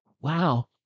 Wow